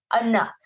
Enough